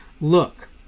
Look